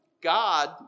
God